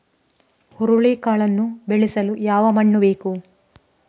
ಹುರುಳಿಕಾಳನ್ನು ಬೆಳೆಸಲು ಯಾವ ಮಣ್ಣು ಬೇಕು?